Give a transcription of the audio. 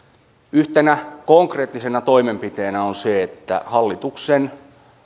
yhtenä konkreettisena toimenpiteenä on se että hallituksen